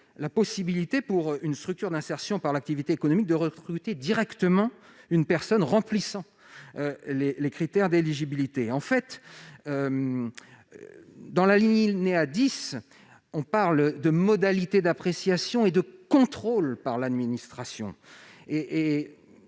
la possibilité, pour une structure d'insertion par l'activité économique, de recruter directement une personne remplissant les critères d'éligibilité. À l'alinéa 10 de l'article sont évoquées des modalités d'appréciation et de contrôle par l'administration,